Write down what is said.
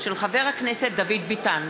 של חבר הכנסת דוד ביטן.